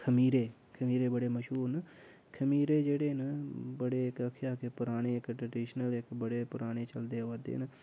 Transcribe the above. खमीरे खमीरे बड़े मशहूर न खमीरे जेह्डे़ न बड़े गै आखेआ पुराने इक ट्रेडिशनल इक बड़े पुराने चलदे आवा दे न